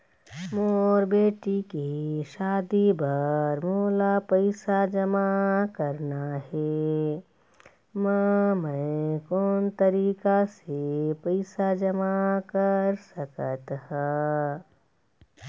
मोर बेटी के शादी बर मोला पैसा जमा करना हे, म मैं कोन तरीका से पैसा जमा कर सकत ह?